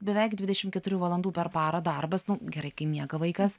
beveik dvidešim keturių valandų per parą darbas nu gerai kai miega vaikas